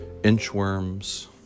inchworms